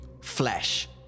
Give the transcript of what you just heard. Flesh